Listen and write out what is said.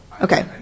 Okay